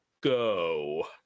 go